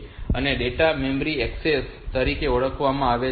તેને direct memory access તરીકે ઓળખવામાં આવે છે